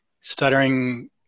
Stuttering